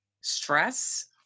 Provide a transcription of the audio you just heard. stress